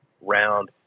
round